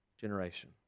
generation